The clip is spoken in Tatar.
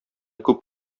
күп